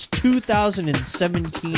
2017